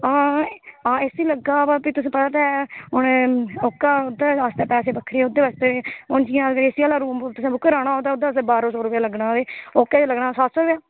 आं इसी लग्गे दा बा आं तुसेंगी पता की उनें ओह्का पैसे बक्खरे हून जियां एसी आस्तै बुक कराना होग ते ओह्दे आस्तै बारहां सौ लग्गना ते ओह्के ई लग्गना सत्त सौ रपेआ